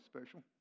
special